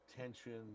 tension